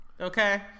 Okay